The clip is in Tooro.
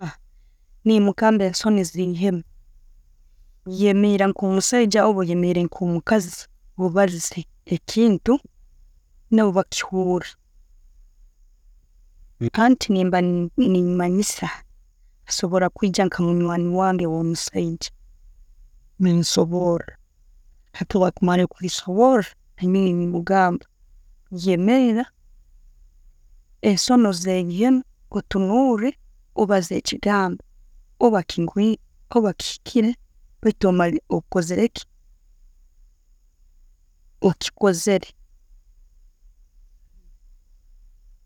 Nemugamba ensoni zeihemu, yemera nko musaijja orba yemera nkomukazi obalize ekintu nabo bakihure. Hanu nemba nemanyisa, osobora kwijja nka mujwani wange wo musaijja nemusobora. Hati bwekumara kumusobora, nanyowe nemugamba yemera, ensoni zeyiyemu, otunure, obaze ekigambo orba kigwi, orba kihikire baitu omalire okozereki, ochikozere.